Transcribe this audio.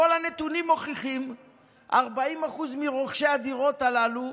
כל הנתונים מוכיחים ש-40% מרוכשי הדירות הללו,